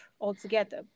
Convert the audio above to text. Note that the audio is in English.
altogether